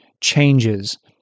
changes